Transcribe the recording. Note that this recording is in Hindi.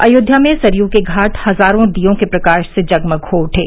अयोध्या में सरयू के घाट हजारों दीयों के प्रकाश से जगमग हो उठे